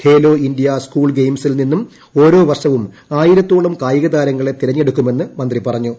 Khelo India school ഗെയിംസിൽ നിന്നും ഓരോ വർഷവും ആയിരത്തോളം കായിക താരങ്ങളെ തെരഞ്ഞെടുക്കുമെന്ന് മന്ത്രി പറഞ്ഞു